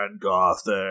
Gothic